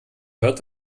hört